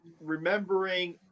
remembering